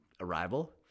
Arrival